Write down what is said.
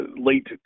late